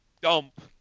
dump